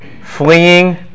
fleeing